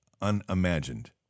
unimagined